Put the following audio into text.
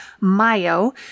mayo